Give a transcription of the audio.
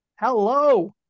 Hello